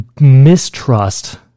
mistrust